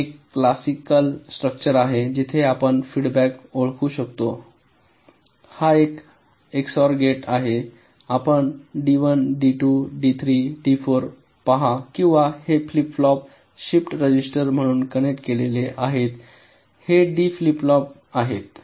type एक classical structure आहे जिथे आपण फीडबॅक ओळखू शकता हा एक एक्सओआर गेट आहे आपण डी1 डी 2 डी 3 डी 4 पहा किंवा हे फ्लिप फ्लॉप शिफ्ट रजिस्टर म्हणून कनेक्ट केलेले आहेत हे डी फ्लिप फ्लॉप आहेत